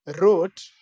wrote